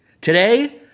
today